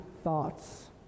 thoughts